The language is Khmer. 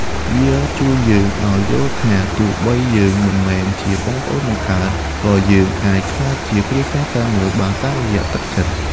វាជួយឱ្យយើងយល់ថា ទោះបីយើងមិនមែនជាបងប្អូនបង្កើត ក៏យើងអាចក្លាយជាគ្រួសារតែមួយបានតាមរយៈទឹកចិត្ត។